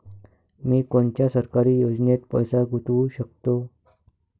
मी कोनच्या सरकारी योजनेत पैसा गुतवू शकतो?